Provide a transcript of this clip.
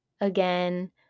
again